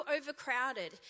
overcrowded